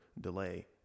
delay